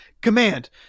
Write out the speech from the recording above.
Command